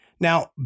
Now